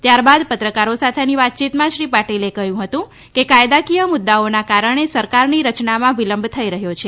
ત્યારબાદ પત્રકારો સાથેની વાતચીતમાં શ્રી પાટિલે કહ્યું હતું કે કાયદાકીય મુદ્દાઓના કારણે સરકારની રચનામાં વિલંબ થઈ રહ્યો છે